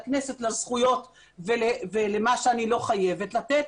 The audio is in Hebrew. הכנסת לזכויות ולמה שאני לא חייבת לתת.